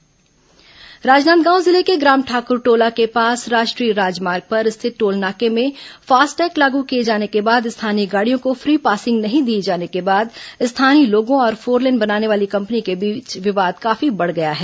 toll plaza तोड़फोड़ राजनांदगांव जिले में ग्राम ठाकुरटोला के पास राष्ट्रीय राजमार्ग पर स्थित टोल नाके में फास्टैग लागू किए जाने के बाद स्थानीय गाड़ियों को फ्री पासिंग नहीं दिए जाने के बाद स्थानीय लोगों और फोरलेन बनाने वाली कंपनी के बीच विवाद काफी बढ़ गया है